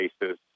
basis